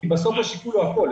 כי בסוף השיקול הוא כולל.